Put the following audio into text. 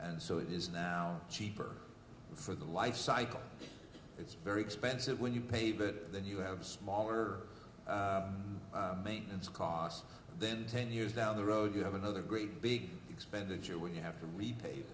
and so it is now cheaper for the lifecycle it's very expensive when you pay but then you have smaller maintenance costs then ten years down the road you have another great big expenditure when you have to re